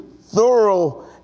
thorough